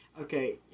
Okay